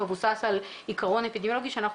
מבוסס על עיקרון אפידמיולוגי שאנחנו